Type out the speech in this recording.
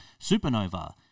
Supernova